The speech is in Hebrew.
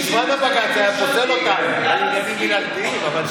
מזמן בג"ץ היה פוסל אותה בגלל עניינים מינהלתיים אבל,